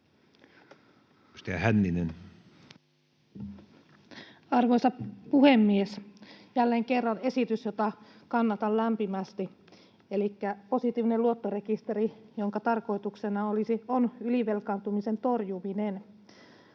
Arvoisa puhemies! Jälleen kerran esitys, jota kannatan lämpimästi, elikkä positiivinen luottorekisteri, jonka tarkoituksena on ylivelkaantumisen torjuminen.